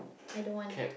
I don't want